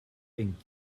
ink